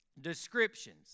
descriptions